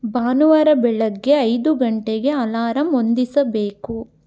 ಭಾನುವಾರ ಬೆಳಗ್ಗೆ ಐದು ಗಂಟೆಗೆ ಅಲಾರಾಮ್ ಹೊಂದಿಸಬೇಕು